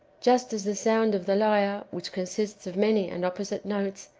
just as the sound of the lyre, which consists of many and opposite notes,